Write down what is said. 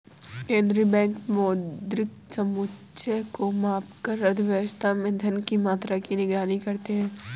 केंद्रीय बैंक मौद्रिक समुच्चय को मापकर अर्थव्यवस्था में धन की मात्रा की निगरानी करते हैं